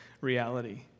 reality